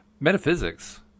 Metaphysics